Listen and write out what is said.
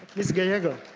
ms. gallego.